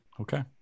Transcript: Okay